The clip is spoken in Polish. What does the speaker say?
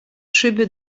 szyby